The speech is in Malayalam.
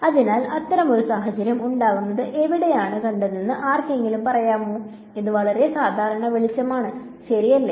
അതിനാൽ അത്തരമൊരു സാഹചര്യം ഉണ്ടാകുന്നത് എവിടെയാണ് കണ്ടതെന്ന് ആർക്കെങ്കിലും പറയാമോ ഇത് വളരെ സാധാരണ വെളിച്ചമാണ് ശരിയല്ലേ